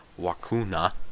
Wakuna